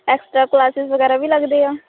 extra classes ਵਗੈਰਾ ਵੀ ਲੱਗਦੀਆਂ